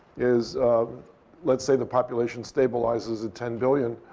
is let's say the population stabilizes at ten billion.